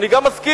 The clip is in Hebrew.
אני גם מסכים